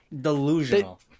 delusional